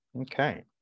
Okay